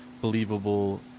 believable